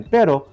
Pero